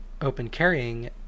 open-carrying